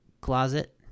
closet